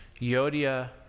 Yodia